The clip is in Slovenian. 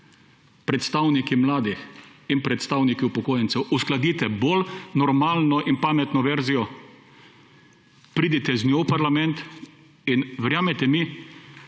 predstavniki mladih in predstavniki upokojencev uskladite bolj normalno in pametno verzijo, pridite z njo v parlament. In verjemite mi,